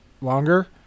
longer